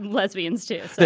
lesbians too.